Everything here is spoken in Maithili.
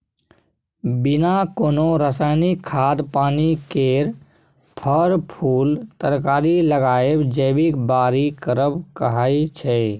बिना कोनो रासायनिक खाद पानि केर फर, फुल तरकारी लगाएब जैबिक बारी करब कहाइ छै